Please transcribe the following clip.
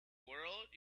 world